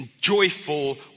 joyful